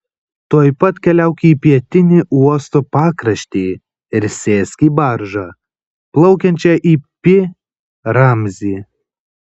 tuoj pat keliauk į pietinį uosto pakraštį ir sėsk į baržą plaukiančią į pi ramzį